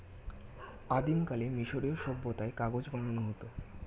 আদিমকালে মিশরীয় সভ্যতায় কাগজ বানানো হতো